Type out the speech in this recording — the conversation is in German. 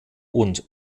und